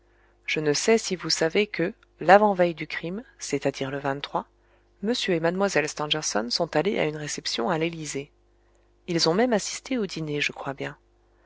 je ne sais si vous savez que l'avant-veille du crime c'est-à-dire le et mlle stangerson sont allés à une réception à l'élysée ils ont même assisté au dîner je crois bien